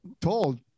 told